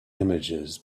images